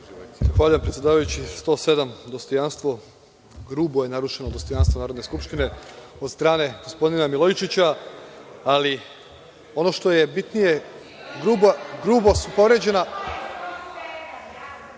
predsedavajući. Član 107. grubo je narušeno dostojanstvo Narodne skupštine od strane gospodina Milojičića, ali ono što je bitnije grubo su povređena